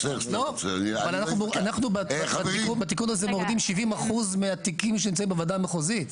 אנחנו בתיקון הזה מורידים 70% מהתיקים שנמצאים בוועדה המחוזית.